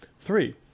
Three